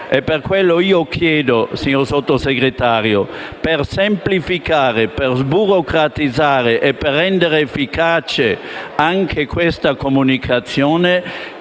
Pertanto chiedo, signor Sottosegretario, per semplificare, per sburocratizzare e per rendere efficace anche questa comunicazione,